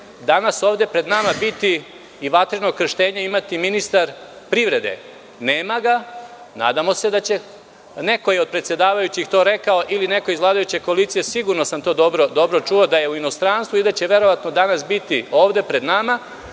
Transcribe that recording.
danas ovde pred nama biti i vatreno krštenje imati ministar privrede. Nema ga. Neko je od predsedavajućih to rekao, ili neko iz vladajuće koalicije, sigurno sam to dobro čuo, da je on u inostranstvu i da će verovatno danas biti ovde pred nama.